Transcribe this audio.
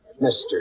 Mr